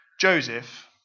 Joseph